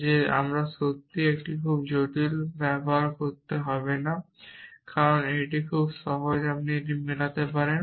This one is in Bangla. যে আমরা সত্যিই একটি খুব জটিল ব্যবহার করতে হবে না কারণ এটি খুব সহজ আপনি এটি মেলাতে পারেন